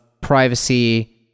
privacy